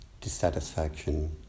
dissatisfaction